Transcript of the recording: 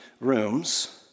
rooms